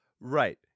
Right